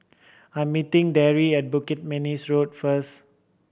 I am meeting Daryl at Bukit Manis Road first